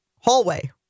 hallway